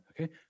okay